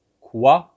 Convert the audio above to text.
quoi